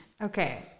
Okay